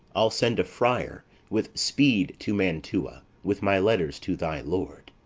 i'll send a friar with speed to mantua, with my letters to thy lord.